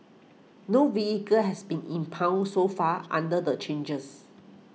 no vehicle has been impounded so far under the changes